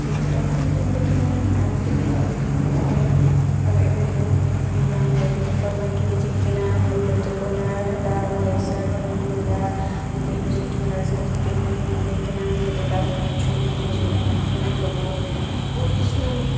photography ଏନ୍ତା କି ମୁଇଁ ଆଘୁରୁ ବି କରୁଥିଲୁଁ ଆର୍ ଏବେ ବହୁତ୍ ବି ଆମର୍ ବିହା କରମାକେ ବି ଯେଇକିନା ଆମର୍ ବ୍ରତ ପୁନିଆ ହେଲା ଆମର୍ ଏକସିଆ ଘର୍ ମାନେ ହେଲା ଯେତେ ବି ସୁଟିଙ୍ଗ୍ ଡ଼ାକସନ୍ ସୁଟିଙ୍ଗ୍ ଯାଇକିନା ଆମେ ଫୋଟଗ୍ରାଫ୍ କରୁଛୁଁ ଭିଡ଼ିଓ ସୁଟ୍ କରୁଛୁଁ ସବୁ ବହୁତ୍ କିଛୁ